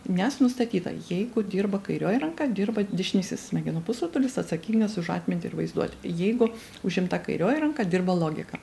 nes nustatyta jeigu dirba kairioji ranka dirba dešinysis smegenų pusrutulis atsakingas už atmintį ir vaizduotę jeigu užimta kairioji ranka dirba logika